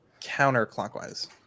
Counterclockwise